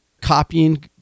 Copying